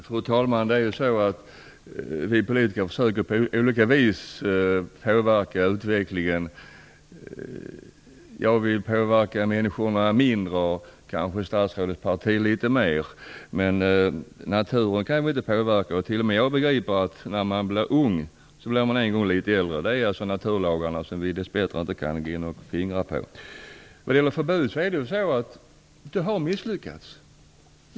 Fru talman! Vi politiker försöker på olika vis påverka utvecklingen. Jag vill påverka människorna mindre och statsrådets parti kanske litet mera. Men naturen kan vi inte påverka. T.o.m. jag begriper att den som är ung en gång blir litet äldre. Det hör ju till naturlagarna, som vi dess bättre inte kan gå in och fingra på. Det här med förbud har misslyckats.